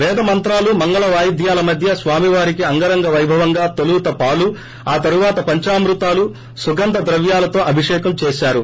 పేద మంత్రాలు మంగళవాయిద్యాల మధ్య స్వామివారికి అంగరంగ వైభవంగా తోలుత పాలు ఆ తరువాత పంచామృతాలు సుగంధ ద్రవ్యాలతో అభిషేకం చేసారు